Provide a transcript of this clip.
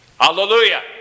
Hallelujah